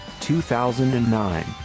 2009